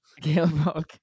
Caleb